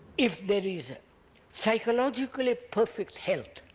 if there is psychologically perfect health,